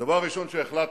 דבר ראשון שהחלטנו,